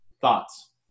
thoughts